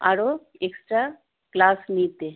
আরও extra class নিতে